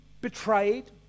betrayed